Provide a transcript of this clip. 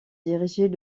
diriger